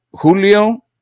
Julio